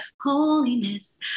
holiness